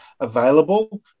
available